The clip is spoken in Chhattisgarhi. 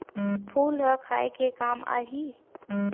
फूल ह खाये के काम आही?